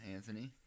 Anthony